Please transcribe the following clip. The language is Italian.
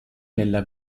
nella